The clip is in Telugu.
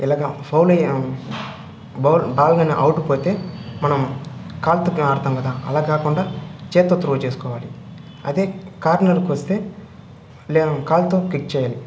ఇలగ ఫౌలయి బౌల్ బాల్ కానీ ఔట్ పోతే మనం కాలితో తాంకదా అలాకాకుండా చేత్తో త్రో చేసుకోవాలి అదే కార్నర్కొస్తే లే కాలితో కిక్ చేయాలి